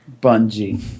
Bungie